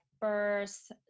first